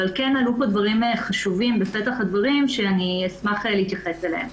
אבל כן עלו פה דברים חשובים בפתח הדברים שאני אשמח להתייחס אליהם.